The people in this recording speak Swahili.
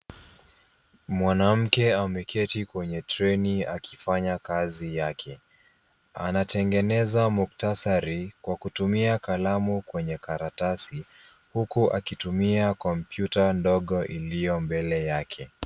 Mwanamke ameketi kwenye treni akifanya kazi yake anatengeneza muktasari kwa kutumia kalamu kwenye karatasi huku akitumia komputa ndogo iliyo mbele yake.